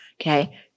Okay